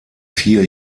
vier